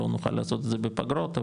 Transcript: לא נוכל לעשות את זה בפגרות,